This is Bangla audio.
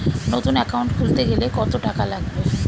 নতুন একাউন্ট খুলতে গেলে কত টাকা লাগবে?